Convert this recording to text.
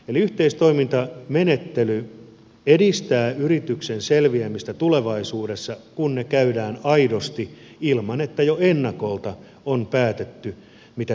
eli yhteistoimintamenettely edistää yrityksen selviämistä tulevaisuudessa kun se käydään aidosti ilman että jo ennakolta on päätetty mitä tehdään